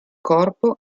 corpo